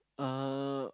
uh